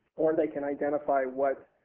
or they can identify what